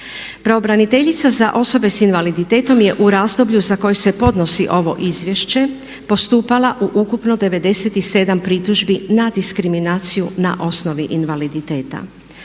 Pravobraniteljica za osobe s invaliditetom je u razdoblju za koje se podnosi ovo izvješće postupala u ukupno 97 pritužbi na diskriminaciju na osnovi invaliditeta.